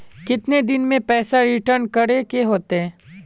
कितने दिन में पैसा रिटर्न करे के होते?